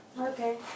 Okay